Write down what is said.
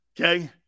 Okay